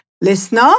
Listener